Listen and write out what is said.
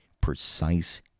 precise